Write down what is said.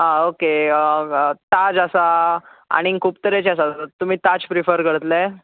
आं ओके ताज आसा आनीक खूब तरेचे आसात तुमी ताज प्रिफर करतले